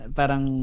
parang